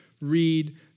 read